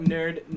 Nerd